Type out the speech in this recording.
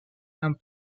and